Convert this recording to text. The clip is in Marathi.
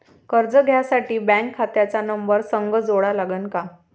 कर्ज घ्यासाठी बँक खात्याचा नंबर संग जोडा लागन का?